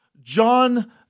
John